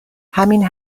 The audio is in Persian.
همین